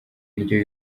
indyo